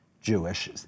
Jewish